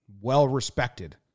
well-respected